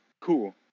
cool